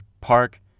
Park